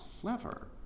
clever